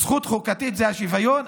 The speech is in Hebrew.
זכות חוקתית זה השוויון?